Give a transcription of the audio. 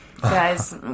Guys